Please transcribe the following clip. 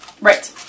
Right